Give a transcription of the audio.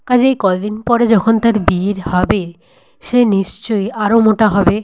কাজেই কয়দিন পরে যখন তার বিয়ে হবে সে নিশ্চয়ই আরও মোটা হবে